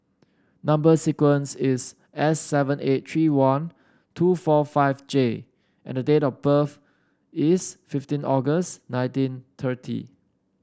number sequence is S seven eight three one two four five J and date of birth is fifteen August nineteen thirty